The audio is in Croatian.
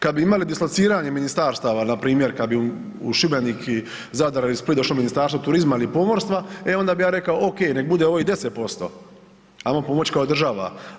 Kada bi imali dislociranje ministarstava npr. kada bi u Šibenik ili Zadar ili Split došlo Ministarstvo turizma ili pomorstva, e onda bi ja rekao ok nek bude ovih 10%, ajmo pomoć kao država.